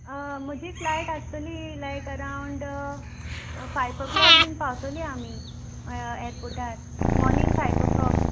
म्हजी फ्लायट आसतली like around five o'clock बीन पावतली आमी एर एरपोर्टार मोर्नींग फायफ क्लोक